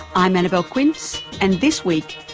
i'm annabelle quince and this week,